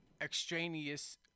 extraneous